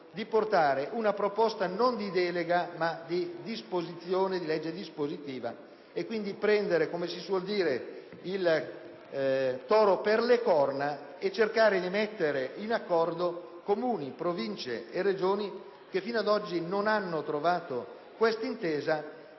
di portare non una proposta di delega, ma dispositiva. Si è deciso quindi di prendere, come si suol dire, il toro per le corna e cercare di mettere d'accordo Comuni, Province e Regioni, che fino ad oggi non hanno trovato questa intesa.